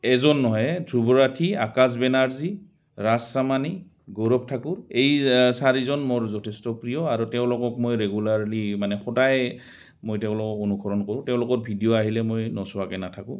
এজন নহয় ধ্ৰুৱ ৰাঠী আকাশ বেনাৰ্জী ৰাজ চামানী গৌৰৱ ঠাকুৰ এই চাৰিজন মোৰ যথেষ্ট প্ৰিয় আৰু তেওঁলোকক মই ৰেগুলাৰ্লি মানে সদায় মই তেওঁলোকক অনুসৰণ কৰোঁ তেওঁলোকৰ ভিডিঅ' আহিলে মই নোচোৱাকৈ নাথাকোঁ